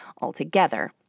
altogether